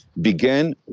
began